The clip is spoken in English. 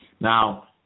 Now